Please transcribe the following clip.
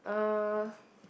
uh